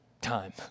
time